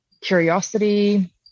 curiosity